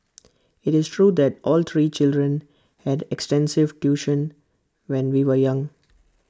IT is true that all three children had extensive tuition when we were young